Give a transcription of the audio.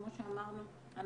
כמו שאמרנו,